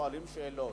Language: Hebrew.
שואלים שאלות: